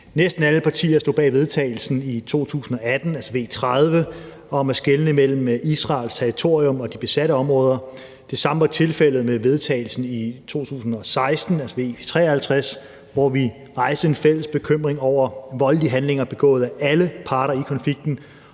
Næsten alle partier stod bag forslaget til vedtagelse i 2018, altså V 30, om at skelne mellem Israels territorium og de besatte områder. Det samme var tilfældet med forslaget til vedtagelse i 2016, altså V 53, hvor vi rejste en fælles bekymring over voldelige handlinger begået af alle parter i konflikten.